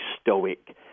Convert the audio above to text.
stoic